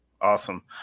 Awesome